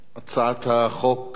ההצעה להעביר את הצעת חוק גיל הנישואים